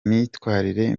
myitwarire